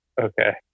Okay